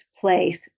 place